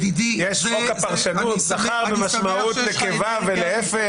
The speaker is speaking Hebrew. יש את חוק הפרשנות, זכר במשמעות נקבה ולהיפך.